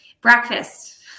breakfast